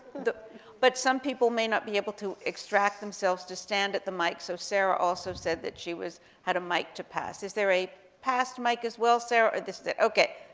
the but some people may not be able to extract themselves to stand at the mic, so sarah also said that she was had a mic to pass. is there a passed mic as well, sarah, or this is it? okay,